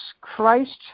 Christ